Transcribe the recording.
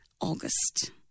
August